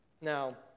Now